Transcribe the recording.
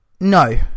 No